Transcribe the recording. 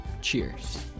cheers